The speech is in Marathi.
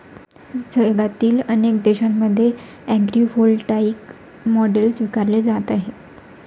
जगातील अनेक देशांमध्ये ॲग्रीव्होल्टाईक मॉडेल स्वीकारली जात आहे